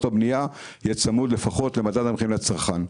הבנייה יהיה צמוד לפחות למדד המחירים לצרכן.